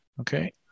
Okay